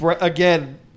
again